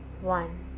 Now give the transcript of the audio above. One